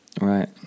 Right